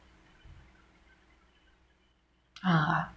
ah